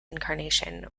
incarnation